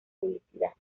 publicidad